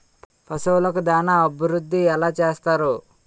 పశువులకు దాన అభివృద్ధి ఎలా చేస్తారు?